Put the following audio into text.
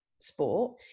sport